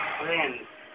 friends